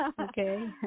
Okay